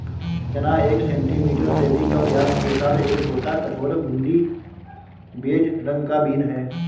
चना एक सेंटीमीटर से भी कम व्यास के साथ एक छोटा, कठोर, घुंडी, बेज रंग का बीन है